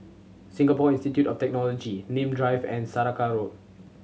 Singapore Institute of Technology Nim Drive and Saraca Road